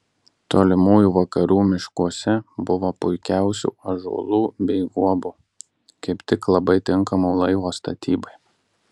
tolimųjų vakarų miškuose buvo puikiausių ąžuolų bei guobų kaip tik labai tinkamų laivo statybai